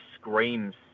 screams